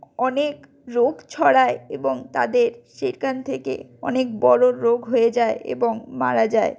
অনেক রোগ ছড়ায় এবং তাদের সেখান থেকে অনেক বড়ো রোগ হয়ে যায় এবং মারা যায়